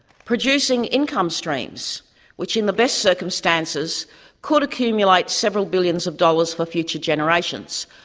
producing income streams which in the best circumstances could accumulate several billions of dollars for future generations,